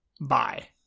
Bye